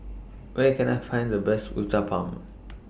Where Can I Find The Best Uthapam